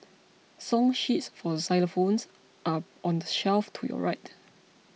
song sheets for xylophones are on the shelf to your right